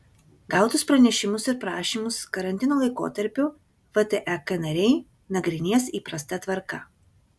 gautus pranešimus ir prašymus karantino laikotarpiu vtek nariai nagrinės įprasta tvarka